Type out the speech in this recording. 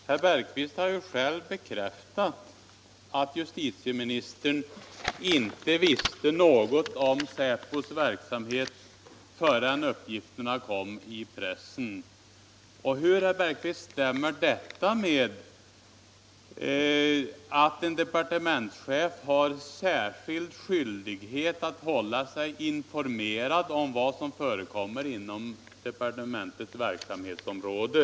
Herr talman! Herr Bergqvist har själv bekräftat att justitieministern inte visste något om säpos verksamhet förrän uppgifterna kom ut i pressen. Hur, herr Bergqvist, stämmer det med att en departementschef har särskild skyldighet att hålla sig informerad om vad som förekommer inom departementets verksamhetsområde?